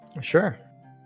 Sure